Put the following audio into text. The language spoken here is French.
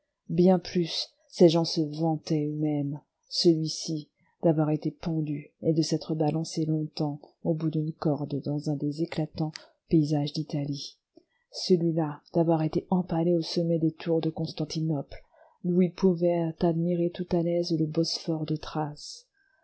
bien plus ces gens-là se vantaient eux-mêmes celui-ci d'avoir été pendu et de s'être balancé longtemps au bout d'une corde dans un des éclatants paysages d'italie celui-là d'avoir été empalé au sommet des tours de constantinople d'où il pouvait admirer tout à l'aise le bosphore de thrace